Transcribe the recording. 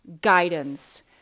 guidance